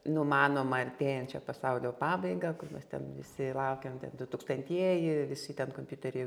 numanomą artėjančią pasaulio pabaigą kur mes ten visi laukiam dutūkstantieji visi ten kompiuteriai